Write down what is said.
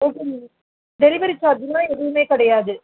okay ma'am delivery சார்ஜ்லாம் எதுவுமே கிடையாது